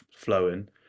flowing